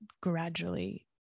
gradually